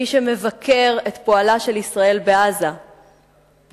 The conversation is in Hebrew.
מי שמבקר את פועלה של ישראל בעזה בדוח-גולדסטון,